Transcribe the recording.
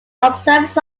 observers